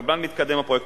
שקבלן מתקדם עם הפרויקט,